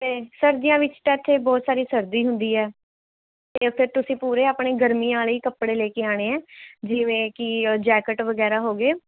ਅਤੇ ਸਰਦੀਆਂ ਵਿੱਚ ਤਾਂ ਇੱਥੇ ਬਹੁਤ ਸਾਰੀ ਸਰਦੀ ਹੁੰਦੀ ਹੈ ਅਤੇ ਉੱਥੇ ਤੁਸੀਂ ਪੂਰੇ ਆਪਣੇ ਗਰਮੀਆਂ ਵਾਲੇ ਹੀ ਕੱਪੜੇ ਲੈ ਕੇ ਆਉਣੇ ਹੈ ਜਿਵੇਂ ਕਿ ਜੈਕਟ ਵਗੈਰਾ ਹੋ ਗਏ